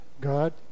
God